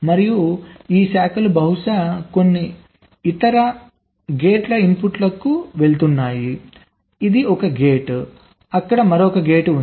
మరియు ఈ అభిమాన శాఖలు బహుశా కొన్ని ఇతర గేట్ల ఇన్పుట్ లకు వెళుతున్నాయి ఇది ఒక గేట్ అక్కడ మరొక గేట్ ఉంది